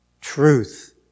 truth